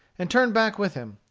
and turned back with him.